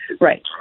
Right